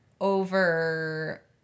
over